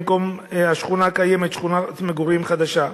במקום השכונה הקיימת, שכונת מגורים חדשה.